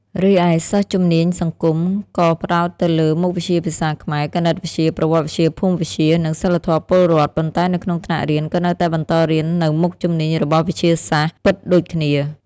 រីឯសិស្សជំនាញសង្គម ក៏ផ្តោតទៅលើ មុខវិជ្ជាភាសាខ្មែរ គណិតវិទ្យា ប្រវត្តិវិទ្យា ភូមិវិទ្យា និងសីលធម៌ពលរដ្ឋ ប៉ុន្តែនៅក្នុងថ្នាក់រៀនក៏នៅតែបន្តរៀននៅមុខជំនាញរបស់វិទ្យាសាស្ត្រពិតដូចគ្នា។